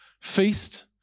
feast